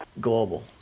global